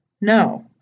No